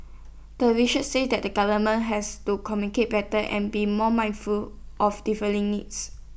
the researchers said that the government has to communicate better and be more mindful of differing needs